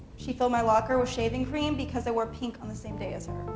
she filled my locker with shaving cream because i wore pink on the same day as her.